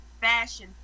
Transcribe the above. fashion